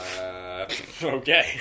okay